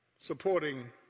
Supporting